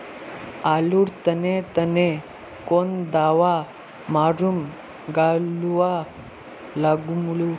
आलूर तने तने कौन दावा मारूम गालुवा लगली?